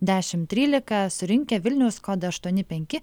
dešimt trylika surinkę vilniaus kodą aštuoni penki